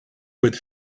with